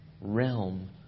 realm